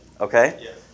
Okay